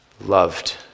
loved